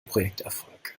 projekterfolg